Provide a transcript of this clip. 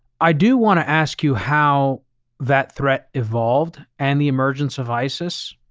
i do want to ask you how that threat evolved and the emergence of isis,